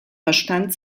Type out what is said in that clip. verstand